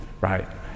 right